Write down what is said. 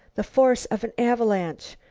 the force of an avalanche.